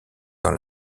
dans